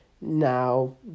Now